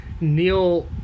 Neil